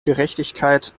gerechtigkeit